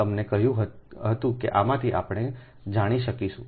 મેં તમને કહ્યું હતું કે આમાંથી આપણે જાણી શકીશું